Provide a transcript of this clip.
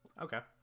Okay